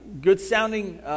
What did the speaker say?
good-sounding